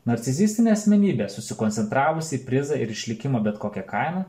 narcisistinė asmenybė susikoncentravusi į prizą ir išlikimą bet kokia kaina